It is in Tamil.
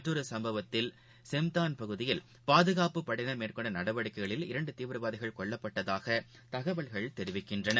மற்றொருசம்பவத்தில் செம்தான் பகுதியில் பாதுகாப்பு படையினர் மேற்கொண்டநடவடிக்கையில் இரண்டுதீவிரவாதிகள் கொல்லப்பட்டதாகதகவல்கள் தெரிவிக்கின்றன